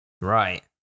Right